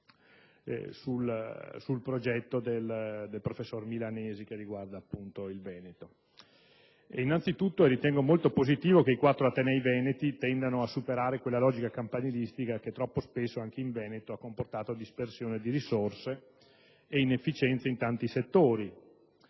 sul progetto del professor Milanesi che riguarda il Veneto. Innanzi tutto, ritengo molto positivo che i quattro atenei veneti tendano a superare quella logica campanilistica che troppo spesso anche in Veneto ha comportato dispersione di risorse ed inefficienze in tanti settori